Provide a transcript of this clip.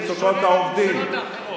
לתוצאות המשפט,